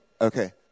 Okay